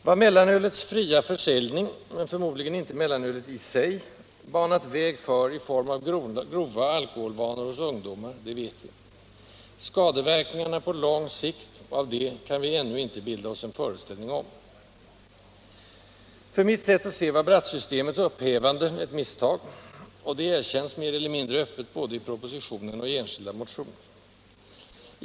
Vad mellanölets fria försäljning - men förmodligen inte mellanölet i sig — banat väg för i form av grova alkoholvanor hos ungdomar vet vi. Skadeverkningarna på lång sikt av detta kan vi ännu inte bilda oss en föreställning om. För mitt sätt att se var Brattsystemets upphävande ett misstag, och detta erkänns mer eller mindre öppet både i propositionen och i enskilda motioner.